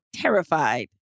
terrified